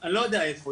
אני לא יודע איפה,